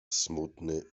smutny